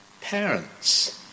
parents